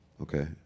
Okay